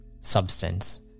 substance